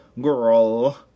girl